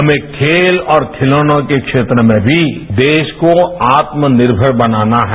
हमें खेल और खिलौनों के बेत्र में भी देरा को आत्मनिर्भर बनाना है